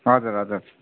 हजुर हजुर